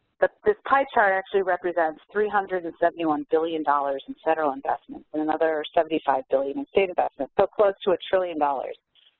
but this pie chart actually represents three hundred and seventy one billion dollars in federal investments and another seventy five billion in state investments. so close to a trillion dollars.